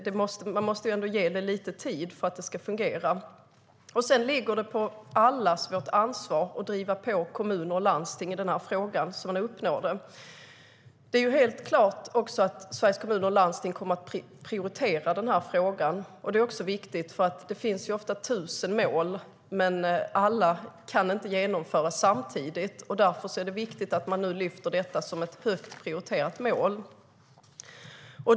Vi måste ge det lite tid att fungera, och ansvaret ligger på oss alla att driva på kommuner och landsting i den här frågan så att vi uppnår det. Det är helt klart att Sveriges Kommuner och Landsting kommer att prioritera den här frågan. Det är också viktigt. Det finns ofta tusen mål, men alla kan inte genomföras samtidigt. Därför är det viktigt att man nu lyfter fram detta som ett högt prioriterat mål.